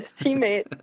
teammate